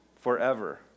forever